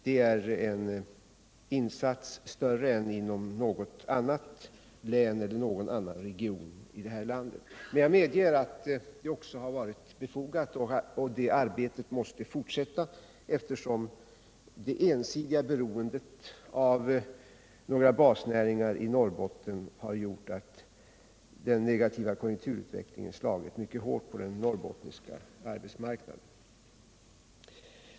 Det är mer än vi har satsat inom något annat län eller någon annan region i landet. Men jag medger att det har varit befogat, och arbetet måste fortsätta eftersom det ensidiga beroendet av några basnäringar i Norrbotten har gjort att den negativa konjunkturutvecklingen har slagit mycket hårt på den norrbottniska arbetsmarknaden.